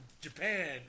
Japan